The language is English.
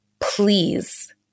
Please